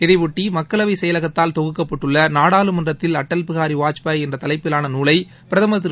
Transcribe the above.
இதையொட்டி மக்களவை செயலகத்தால் தொகுக்கப்பட்டுள்ள நாடாளுமன்றத்தில் அடல் பிஹாரி வாஜ்பாய் என்ற தலைப்பிலான நூலை பிரதமர் திரு